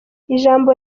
ijambo